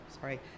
sorry